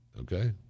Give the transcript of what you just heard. okay